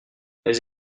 elles